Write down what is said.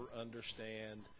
understand